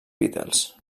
beatles